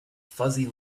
fuzzy